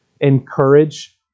encourage